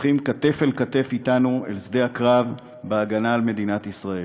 הולכים כתף אל כתף אתנו אל שדה הקרב בהגנה על מדינת ישראל.